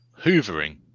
Hoovering